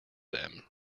them